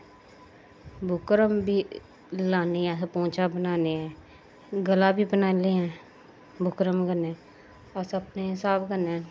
buckram बी लाने अस पोचां बनान्ने गला बी बनान्ने बुकरम कन्नै अस अपने स्हाब कन्नै